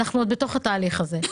עדיין בתהליך הזה.